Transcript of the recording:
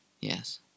Yes